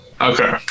okay